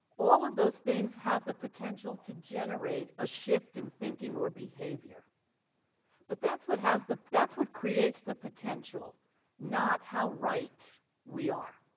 all of those things have the potential to generate a shift in thinking or behavior but that's what has the that's what creates the potential not how right we are